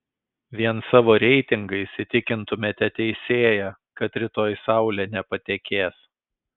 vien savo reitingais įtikintumėte teisėją kad rytoj saulė nepatekės